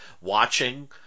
watching